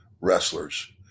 wrestlers